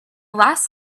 last